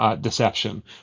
deception